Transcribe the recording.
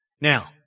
Now